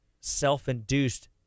self-induced